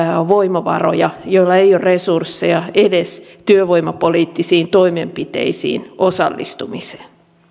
voimavaroja joilla ei ole resursseja edes työvoimapoliittisiin toimenpiteisiin osallistumiseen